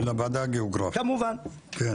כמובן, לא